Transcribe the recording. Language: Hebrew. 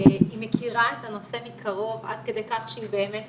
היא מכירה את הנושא מקרוב, עד כדי כך שהיא באמת